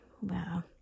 Wow